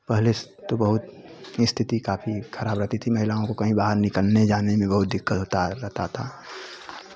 पहले से तो बहुत स्थिति काफ़ी खराब रहती थी महिलाओं को कहीं बाहर निकलने जाने में बहुत दिक्कत होता रहता था